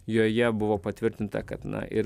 joje buvo patvirtinta kad na ir